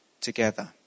together